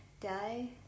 die